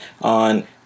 on